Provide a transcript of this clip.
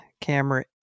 camera